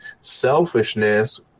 Selfishness